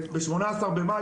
ב-18 במאי,